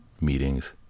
meetings